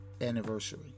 anniversary